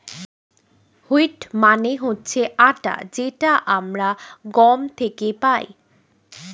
wheat মানে হচ্ছে আটা যেটা আমরা গম থেকে পাই